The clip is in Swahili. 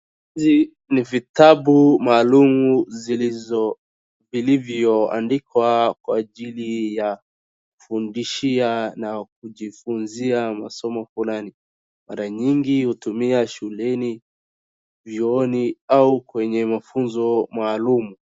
Hizi ni vitabu maalum vilivyoandikwa kwa ajili ya kufundishia na kujifunzia masomo fulani. Mara nyingi hutumika shuleni, vyuoni au kwenye mafunzo maalum.